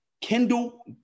kendall